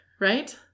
right